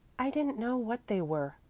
i didn't know what they were,